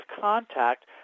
contact